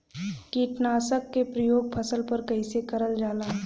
कीटनाशक क प्रयोग फसल पर कइसे करल जाला?